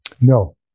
No